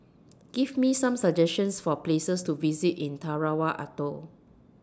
Give Me Some suggestions For Places to visit in Tarawa Atoll